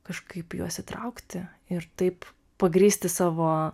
kažkaip juos įtraukti ir taip pagrįsti savo